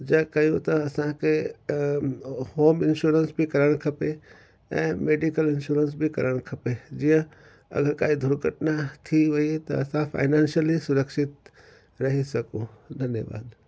जा कयूं था असांखे होम इंशोरेंस बि करणु खपे ऐं मेडिकल इंशोरेंस बि करणु खपे जीअं अगरि काई दुर्घटना थी वई त असां फाइनेंशियली सुरक्षित रही सघूं धन्यवाद